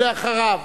ואחריו,